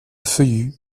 feuillus